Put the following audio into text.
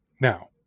now